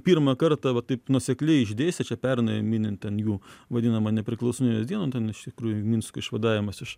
pirmą kartą va taip nuosekliai išdėstė čia pernai minint ten jų vadinamą nepriklausomybės dieną ten iš tikrųjų minsko išvadavimas iš